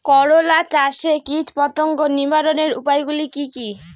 করলা চাষে কীটপতঙ্গ নিবারণের উপায়গুলি কি কী?